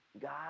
God